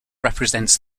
represents